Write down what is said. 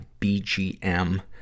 BGM